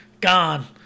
gone